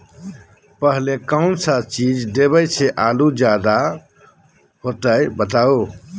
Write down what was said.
पहले कौन सा चीज देबे से आलू ज्यादा होती बताऊं?